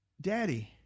Daddy